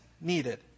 needed